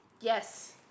Yes